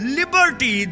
liberty